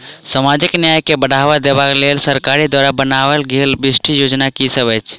सामाजिक न्याय केँ बढ़ाबा देबा केँ लेल सरकार द्वारा बनावल गेल विशिष्ट योजना की सब अछि?